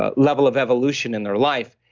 ah level of evolution in their life,